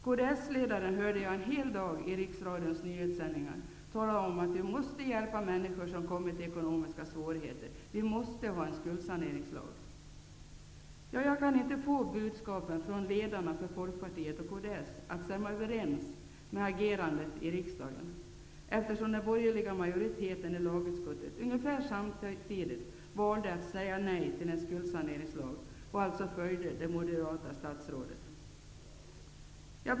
Kds-ledaren talade i Riksradions nyhetssändningar en hel dag om att vi måste hjälpa människor som hamnat i ekonomiska svårigheter. Vi måste ha en skuldsaneringslag, sade han. Den borgerliga majoriteten i lagutskottet valde ungefär samtidigt att säga nej till en skuldsaneringslag och följde alltså det moderata statsrådet. Jag kan inte få budskapen från ledarna för Folkpartiet och kds att stämma överens med agerandet i riksdagen.